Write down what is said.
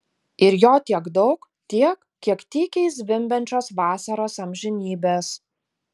ir jo tiek daug tiek kiek tykiai zvimbiančios vasaros amžinybės